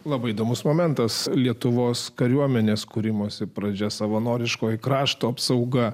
labai įdomus momentas lietuvos kariuomenės kūrimosi pradžia savanoriškoji krašto apsauga